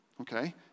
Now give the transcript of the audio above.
okay